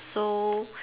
so